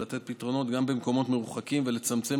לתת פתרונות גם במקומות מרוחקים ולצמצם